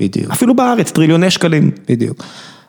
בדיוק. אפילו בארץ, טריליוני שקלים, בדיוק.